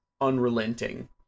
unrelenting